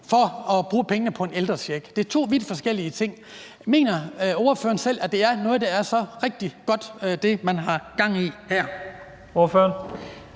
for at bruge pengene på en ældrecheck. Det er to vidt forskellige ting. Mener ordføreren selv, at det er noget, der er så rigtig godt – det, man har gang i her? Kl.